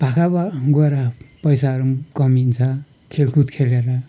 पाखा पा गएर पैसाहरू पनि कमिन्छ खेलकुद खेलेर